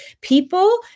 People